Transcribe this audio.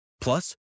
Plus